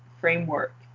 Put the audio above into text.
framework